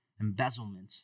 embezzlement